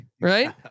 right